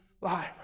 life